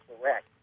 correct